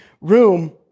room